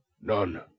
none